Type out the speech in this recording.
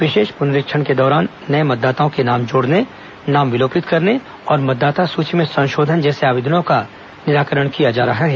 विशेष पुनरीक्षण के दौरान नए मतदाताओं के नाम जोड़ने नाम विलोपित करने संशोधन जैसे आवेदनों का निराकरण किया जा रहा है